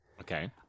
Okay